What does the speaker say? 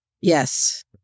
Yes